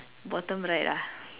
bottom right ah